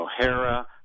O'Hara